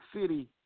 City